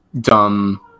dumb